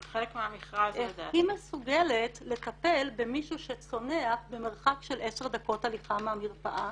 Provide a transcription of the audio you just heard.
איך היא מסוגלת לטפל במישהו שצונח במרחק של 10 דקות הליכה מהמרפאה.